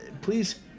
please